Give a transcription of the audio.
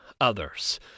others